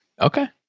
Okay